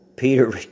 Peter